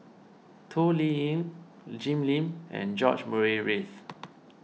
Toh Liying Jim Lim and George Murray Reith